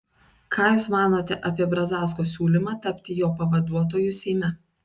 ką jūs manote apie brazausko siūlymą tapti jo pavaduotoju seime